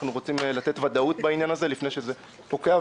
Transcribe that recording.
אנחנו רוצים לתת ודאות בעניין הזה לפני שהיא פוקעת,